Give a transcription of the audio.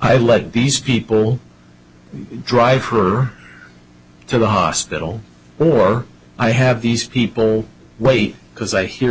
i let these people drive for to the hospital or i have these people wait because i hear